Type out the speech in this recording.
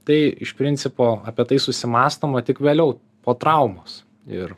tai iš principo apie tai susimąstoma tik vėliau po traumos ir